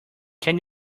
can